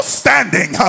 standing